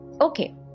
Okay